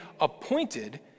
appointed